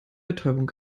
betäubung